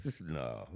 No